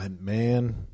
man